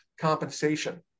compensation